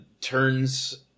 turns –